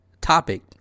topic